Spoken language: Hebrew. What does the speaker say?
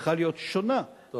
צריכה להיות שונה, טוב לדעת.